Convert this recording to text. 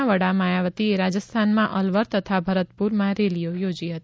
ના વડા માયાવતીએ રાજસ્થાનના અલવર તથા ભરતપુરમાં રેલીઓ યોજી હતી